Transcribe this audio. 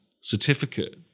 certificate